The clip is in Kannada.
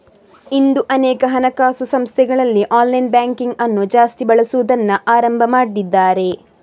ಇಂದು ಅನೇಕ ಹಣಕಾಸು ಸಂಸ್ಥೆಗಳಲ್ಲಿ ಆನ್ಲೈನ್ ಬ್ಯಾಂಕಿಂಗ್ ಅನ್ನು ಜಾಸ್ತಿ ಬಳಸುದನ್ನ ಆರಂಭ ಮಾಡಿದ್ದಾರೆ